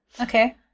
Okay